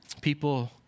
People